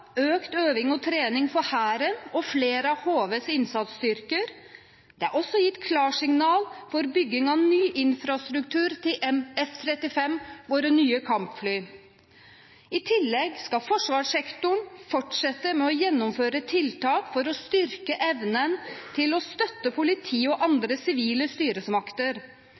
økt øving og trening for Hæren og flere av HVs innsatsstyrker. Det er også gitt klarsignal for bygging av ny infrastruktur til F-35, våre nye kampfly. I tillegg skal forsvarssektoren fortsette med å gjennomføre tiltak for å styrke evnen til å støtte politiet og andre sivile styresmakter.